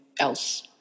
else